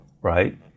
right